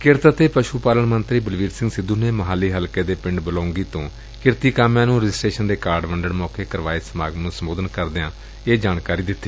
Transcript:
ਕਿਰਤ ਅਤੇ ਪਸ਼ ਪਾਲਣ ਮੰਤਰੀ ਬਲਬੀਰ ਸਿੰਘ ਸਿੱਧੁ ਨੇ ਮੋਹਾਲੀ ਹਲਕੇ ਦੇ ਪਿੰਡ ਬਲੌਂਗੀ ਤੋਂ ਕਿਰਤੀ ਕਾਮਿਆਂ ਨੂੰ ਰਜਿਸਟਰੇਸ਼ਨ ਦੇ ਕਾਰਡ ਵੰਡਣ ਮੌਕੇ ਕਰਵਾਏ ਗਏ ਸਮਾਗਮ ਨੂੰ ਸੰਬੋਧਨ ਕਰਦਿਆਂ ਇਹ ਜਾਣਕਾਰੀ ਦਿੱਤੀ